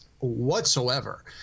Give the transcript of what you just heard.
whatsoever